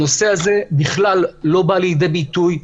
הנושא הזה בכלל לא בא לידי ביטוי,